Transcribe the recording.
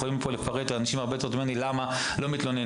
יש פה אנשים הרבה יותר טובים ממני שיכולים להסביר למה הם לא מתלוננים.